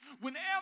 Whenever